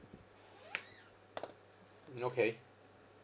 okay